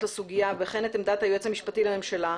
לסוגיה וכן את עמדת היועץ המשפטי לממשלה,